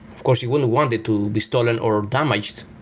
of course, you wouldn't want it to be stolen or damaged,